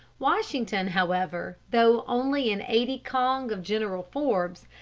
washington, however, though only an aidy kong of general forbes,